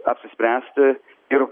apsispręsti ir